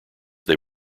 they